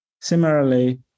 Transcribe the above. Similarly